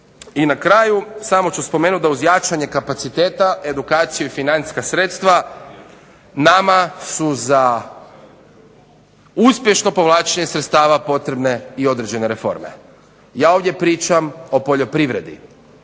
I na kraju samo ću spomenuti da uz jačanje kapaciteta, edukaciju i financijska sredstva nama su za uspješno povlačenje sredstava potrebne i određene reforme. Ja ovdje pričam o poljoprivredi.